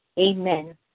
Amen